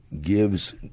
gives